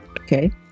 Okay